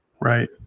right